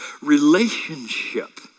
relationship